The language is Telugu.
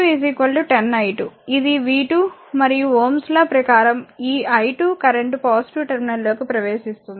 ఇది v2 మరియు Ωs లా ప్రకారం ఈ i2 కరెంట్ పాజిటివ్ టెర్మినల్ లోకి ప్రవేశిస్తుంది